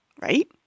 right